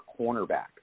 cornerback